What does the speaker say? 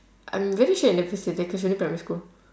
I'm very sure you never say that cause you only primary school